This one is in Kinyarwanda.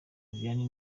vianney